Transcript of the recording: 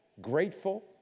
grateful